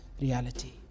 reality